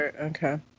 Okay